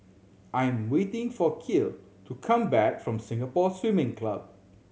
I'm waiting for Kiel to come back from Singapore Swimming Club